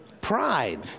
Pride